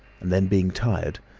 and then, being tired,